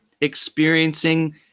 experiencing